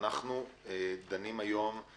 היום אנחנו ביום קצר יותר בגלל חנוכה.